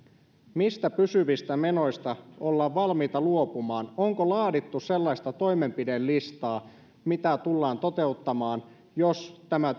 mistä pysyvistä menoista ollaan valmiita luopumaan onko laadittu sellaista toimenpidelistaa mitä tullaan toteuttamaan jos tämä